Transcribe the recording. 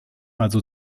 also